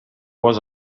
was